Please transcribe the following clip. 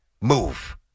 move